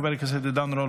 חבר הכנסת עידן רול,